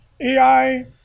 AI